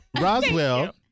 Roswell